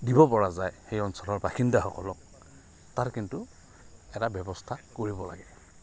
দিব পৰা যায় সেই অঞ্চলৰ বাসিন্দাসকলক তাত কিন্তু এটা ব্যৱস্থা কৰিব লাগে